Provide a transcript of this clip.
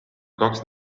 kaks